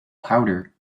powder